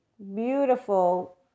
Beautiful